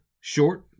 short